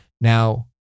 now